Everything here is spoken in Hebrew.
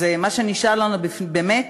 אז מה שנשאר לנו באמת,